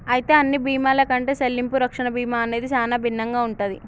అయితే అన్ని బీమాల కంటే సెల్లింపు రక్షణ బీమా అనేది సానా భిన్నంగా ఉంటది